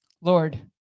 Lord